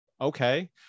Okay